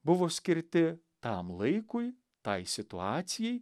buvo skirti tam laikui tai situacijai